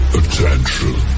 attention